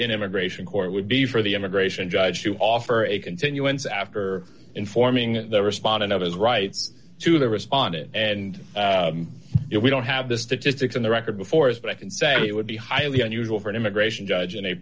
immigration court would be for the immigration judge to offer a continuance after informing the respondent of his rights to the responded and we don't have the statistics on the record before us but i can say it would be highly unusual for an immigration judge in a